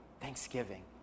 thanksgiving